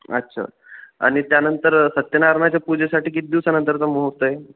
अच्छा आणि त्यानंतर सत्यनारायणाच्या पूजेसाठी किती दिवसानंतरचा मुहूर्त आहे